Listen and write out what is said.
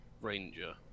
ranger